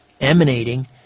emanating